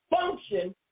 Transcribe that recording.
function